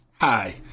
Hi